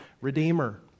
Redeemer